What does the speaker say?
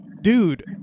dude